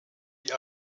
die